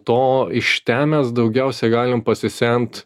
to iš ten mes daugiausiai galim pasisemt